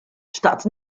xtaqt